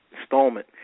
Installment